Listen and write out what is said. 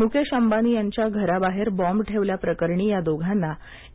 मुकेश अंबानी यांच्या घराबाहेर बॉम्ब ठेवल्याप्रकरणी या दोघांना